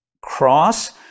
cross